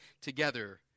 together